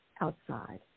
outside